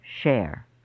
share